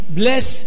bless